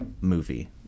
movie